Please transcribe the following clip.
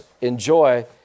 enjoy